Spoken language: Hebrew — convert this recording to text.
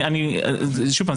שוב פעם,